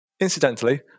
Incidentally